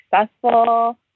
successful